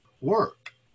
work